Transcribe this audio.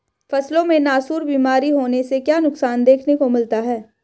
फसलों में नासूर बीमारी होने से क्या नुकसान देखने को मिलता है?